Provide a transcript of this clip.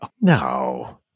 No